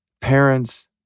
parents